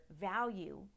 value